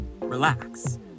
relax